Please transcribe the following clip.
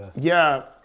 yeah,